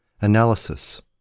Analysis